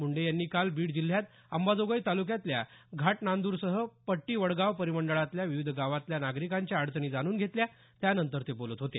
मुंडे यांनी काल बीड जिल्ह्यात अंबाजोगाई तालुक्यातल्या घाटनांदरसह पट्टीवडगाव परिमंडळातल्या विविध गावांतल्या नागरिकांच्या अडचणी जाणून घेतल्या त्यांनंतर ते बोलत होते